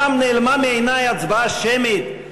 פעם נעלמה מעיני הצבעה שמית?